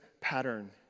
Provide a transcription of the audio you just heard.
pattern